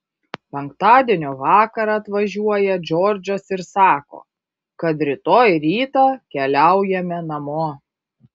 penktadienio vakarą atvažiuoja džordžas ir sako kad rytoj rytą keliaujame namo